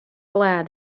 glad